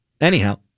Anyhow